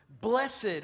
Blessed